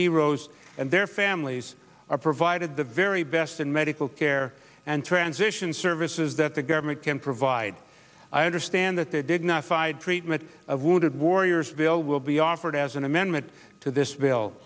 heroes and their families are provided the very best and medical care and transition services that the government can provide i understand that they did not fide treatment of wounded warriors bill will be offered as an amendment to this bill